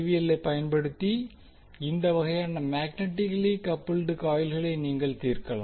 L ஐப் பயன்படுத்தி இந்த வகையான மேக்னட்டிகலி கப்புல்டு காயில்களை நீங்கள் தீர்க்கலாம்